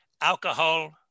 Alcohol